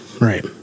Right